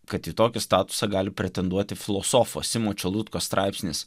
kad į tokį statusą gali pretenduoti filosofo simo čelutkos straipsnis